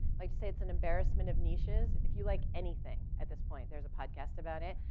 like to say it's an embarrassment of niches, if you like anything at this point, there's a podcast about it.